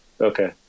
Okay